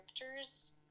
characters